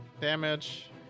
damage